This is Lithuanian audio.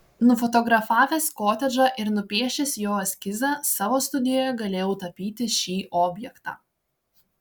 nufotografavęs kotedžą ir nupiešęs jo eskizą savo studijoje galėjau tapyti šį objektą